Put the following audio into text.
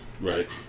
Right